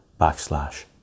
backslash